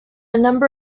number